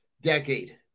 decade